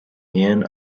féin